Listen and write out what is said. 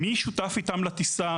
זאת מועצת הביטחון של האו"ם אדוני.